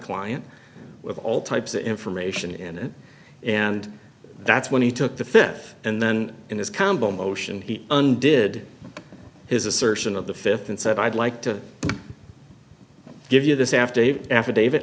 client with all types of information in it and that's when he took the fifth and then in his combo motion he undid his assertion of the fifth and said i'd like to give you this after affidavit